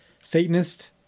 Satanist